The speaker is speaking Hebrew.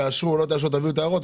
תאשרו או לא תאשרו ותביאו את ההערות.